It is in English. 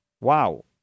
Wow